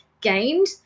gained